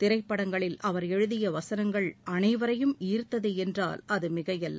திரைப்படங்களில் அவர் எழுதிய வசனங்கள் அனைவரையும் ஈர்த்தது என்றால் அது மிகையல்ல